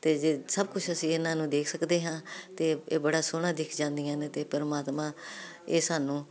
ਤੇ ਜੇ ਸਭ ਕੁਝ ਅਸੀਂ ਇਹਨਾਂ ਨੂੰ ਦੇਖ ਸਕਦੇ ਹਾਂ ਤੇ ਇਹ ਬੜਾ ਸੋਹਣਾ ਦਿਖ ਜਾਂਦੀਆਂ ਨੇ ਤੇ ਪਰਮਾਤਮਾ ਇਹ ਸਾਨੂੰ